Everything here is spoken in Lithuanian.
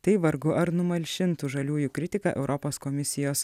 tai vargu ar numalšintų žaliųjų kritiką europos komisijos